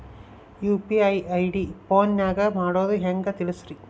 UPI ID ಫೋನಿನಾಗ ಮಾಡೋದು ಹೆಂಗ ತಿಳಿಸ್ರಿ?